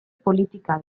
politika